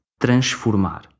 transformar